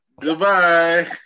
Goodbye